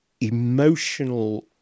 emotional